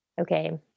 Okay